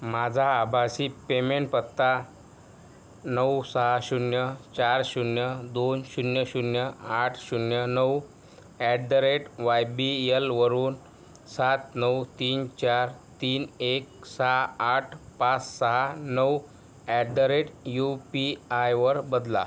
माझा आभासी पेमेंट पत्ता नऊ सहा शून्य चार शून्य दोन शून्य शून्य आठ शून्य नऊ at the rate Y B एलवरून सात नऊ तीन चार तीन एक सहा आठ पाच सहा नऊ at the rate U P आयवर बदला